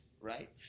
Right